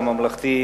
הממלכתי,